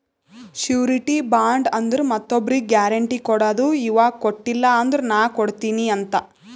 surety bond ಅಂದುರ್ ಮತ್ತೊಬ್ರಿಗ್ guarantee ಕೊಡದು ಇವಾ ಕೊಟ್ಟಿಲ ಅಂದುರ್ ನಾ ಕೊಡ್ತೀನಿ ಅಂತ್